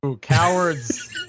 cowards